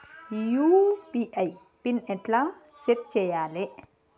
UPI PIN ఎట్లా set చేయాలే?